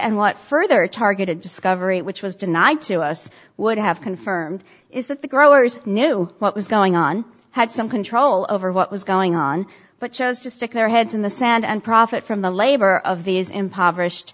and what further targeted discovery which was denied to us would have confirmed is that the growers knew what was going on had some control over what was going on but chose to stick their heads in the sand and profit from the labor of these impoverished